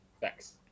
Thanks